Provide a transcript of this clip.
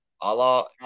Allah